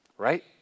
Right